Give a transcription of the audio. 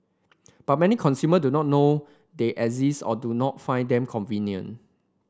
but many consumer do not know they exist or do not find them convenient